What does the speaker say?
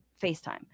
FaceTime